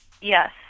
Yes